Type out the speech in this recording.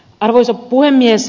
arvoisa puhemies